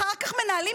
אחר כך מנהלים,